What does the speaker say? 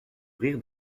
rire